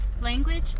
language